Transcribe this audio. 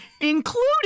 including